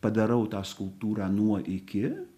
padarau tą skulptūrą nuo iki